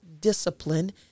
discipline